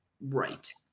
Right